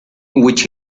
which